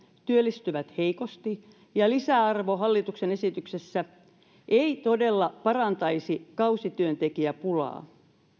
työllistyvät heikosti ja lisäarvo hallituksen esityksessä ei todella parantaisi kausityöntekijäpulaa